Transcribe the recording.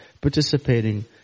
participating